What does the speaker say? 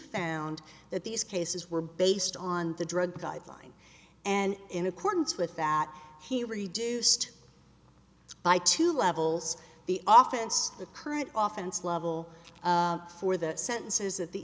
found that these cases were based on the drug guideline and in accordance with that he reduced by two levels the often the current oftens level for the sentences of the